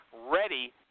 ready